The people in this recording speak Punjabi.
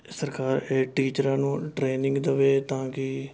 ਸਰਕਾਰ ਟੀਚਰਾਂ ਨੂੰ ਟ੍ਰੇਨਿੰਗ ਦੇਵੇ ਤਾਂ ਕਿ